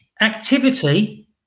activity